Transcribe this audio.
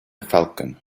falcon